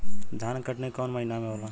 धान के कटनी कौन महीना में होला?